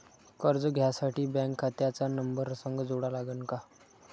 कर्ज घ्यासाठी बँक खात्याचा नंबर संग जोडा लागन का?